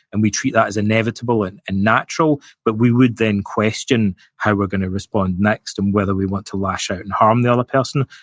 and we treat that as inevitable and and natural, but we would then question how we're going to respond next, and whether we want to lash out and at um the other person,